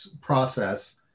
process